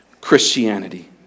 Christianity